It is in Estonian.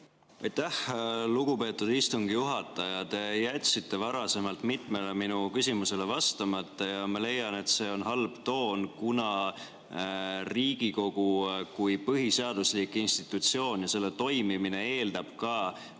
lugupeetud istungi juhataja! Te jätsite varasemalt mitmele minu küsimusele vastamata ja ma leian, et see on halb toon, kuna Riigikogu kui põhiseaduslik institutsioon ja selle toimimine eeldab ka, et oleks